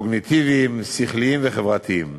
קוגניטיביים, שכליים וחברתיים.